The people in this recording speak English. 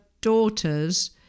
daughters